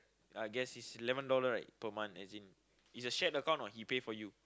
I guess it's eleven dollar right per month as in it's a shared account what he pay for you